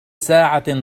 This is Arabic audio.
ساعة